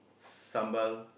sambal